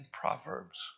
Proverbs